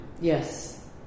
Yes